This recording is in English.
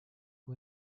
who